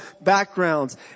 backgrounds